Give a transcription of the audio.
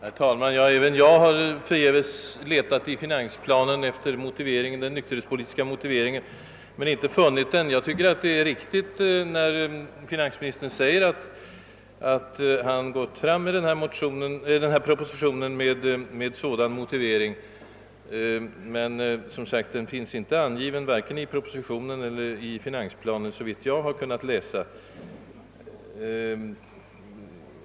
Herr talman! Även jag har förgäves letat i finansplanen efter den nykterhetspolitiska motiveringen. Jag tycker det hade varit riktigt om propositionen framlagts med en klar sådan motivering, men den finns som sagt inte angiven vare sig i propositionen eller i finansplanen, såvitt jag har kunnat finna.